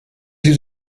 sie